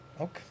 Okay